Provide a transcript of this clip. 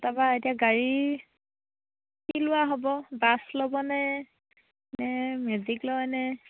তাৰাপা এতিয়া গাড়ী কি লোৱা হ'ব বাছ ল'বনে নে মেজিক লয়নে